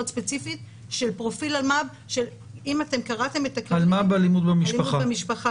ספציפית של פרופיל אלמ"ב אלימות במשפחה